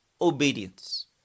obedience